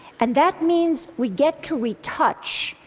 and that means we get to retouch,